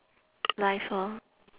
life lor